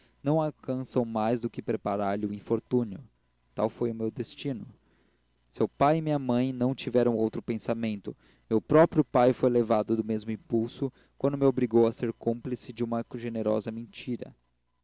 não alcançam mais do que preparar lhes o infortúnio tal foi o meu destino seu pai e minha mãe não tiveram outro pensamento meu próprio pai foi levado do mesmo impulso quando me obrigou a ser cúmplice de uma generosa mentira